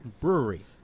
brewery